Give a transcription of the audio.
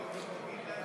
אלטנאווי.